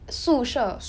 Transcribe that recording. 宿舍